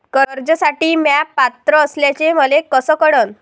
कर्जसाठी म्या पात्र असल्याचे मले कस कळन?